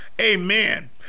amen